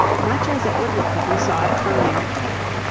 much as it would look if you saw it from near at hand.